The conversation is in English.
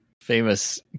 famous